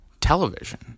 television